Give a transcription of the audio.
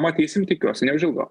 matysim tikiuosi neužilgo